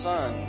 Son